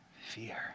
fear